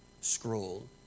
scroll